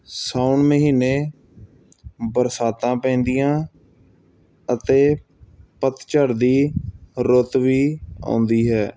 ਸਾਉਣ ਮਹੀਨੇ ਬਰਸਾਤਾਂ ਪੈਂਦੀਆਂ ਅਤੇ ਪੱਤਝੜ ਦੀ ਰੁੱਤ ਵੀ ਆਉਂਦੀ ਹੈ